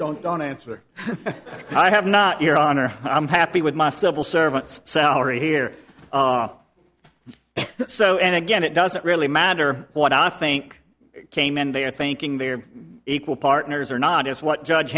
don't don't answer i have not your honor i'm happy with my civil servants salary here so and again it doesn't really matter what i think came and they are thinking they're equal partners or not is what judge